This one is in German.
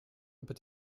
über